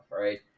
right